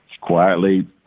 quietly